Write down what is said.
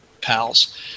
pals